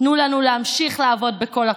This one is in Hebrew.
תנו לנו להמשיך לעבוד בכל הכוח,